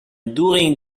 during